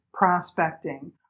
Prospecting